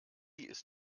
ist